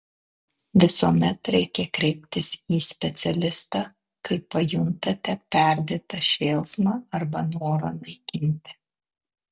visuomet reikia kreiptis į specialistą kai pajuntate perdėtą šėlsmą arba norą naikinti